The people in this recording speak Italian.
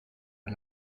per